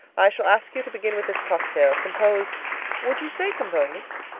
i shall ask you to begin with this cocktail, composed would you say composed?